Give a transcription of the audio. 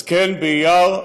אז כן, באייר,